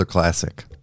classic